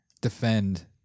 defend